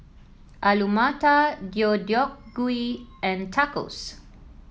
Alu Matar Deodeok Gui and Tacos